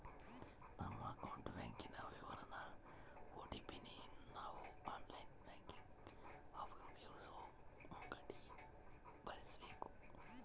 ನಮ್ಮ ಅಕೌಂಟ್ ಬ್ಯಾಂಕಿನ ವಿವರಾನ ಓ.ಟಿ.ಪಿ ನ ನಾವು ಆನ್ಲೈನ್ ಬ್ಯಾಂಕಿಂಗ್ ಆಪ್ ಉಪಯೋಗಿಸೋ ಮುಂಕಟಿಗೆ ಭರಿಸಬಕು